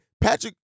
Patrick